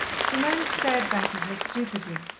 simone stared back at her stupidly,